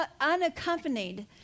unaccompanied